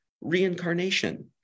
Reincarnation